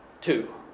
two